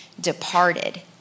departed